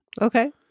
Okay